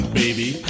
baby